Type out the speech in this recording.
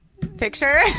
picture